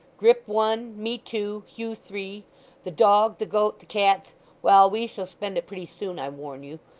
grip one, me two, hugh three the dog, the goat, the cats well, we shall spend it pretty soon, i warn you.